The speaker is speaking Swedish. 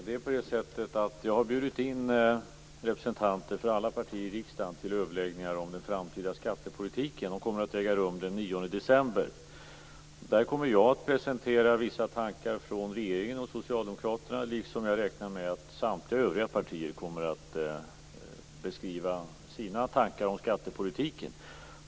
Herr talman! Jag har bjudit in representanter för alla partier i riksdagen till överläggningar om den framtida skattepolitiken. De kommer att äga rum den 9 december. Där kommer jag att presentera vissa tankar från regeringen och socialdemokraterna, och jag räknar med att samtliga övriga partier kommer att beskriva sina tankar om skattepolitiken.